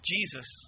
Jesus